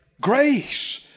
Grace